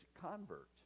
convert